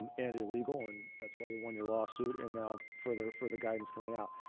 and illegal, and that's why you won your lawsuit and now further further guidance coming out.